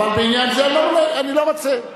אבל בעניין זה אני לא רוצה.